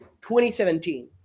2017